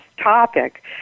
topic